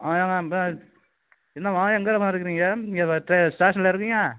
ஐயமா பேக் என்னம்மா எங்கம்மா இருக்கிறிங்க இங்கே ஸ்டே ஸ்டேஷன்லையா இருக்கீங்க